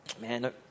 Man